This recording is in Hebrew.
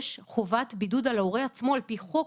יש חובת בידוד על ההורה עצמו על פי חוק,